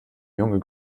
junge